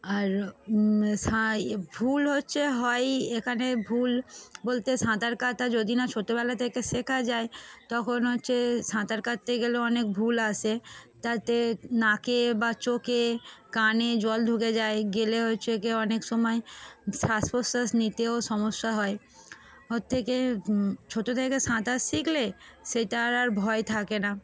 আর সা ভুল হচ্ছে হয় এখানে ভুল বলতে সাঁতার কাাতা যদি না ছোটোবেলা থেকে শেখা যায় তখন হচ্ছে সাঁতার কাটতে গেলেও অনেক ভুল আসে তাতে নাকে বা চোখে কানে জল ঢুকে যায় গেলে হচ্ছে ক অনেক সময় শ্বাস প্রশ্বাস নিতেও সমস্যা হয় হর থেকে ছোটো থেকে সাঁতার শিখলে সেটা আর আর ভয় থাকে না